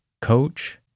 coach